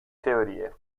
teorie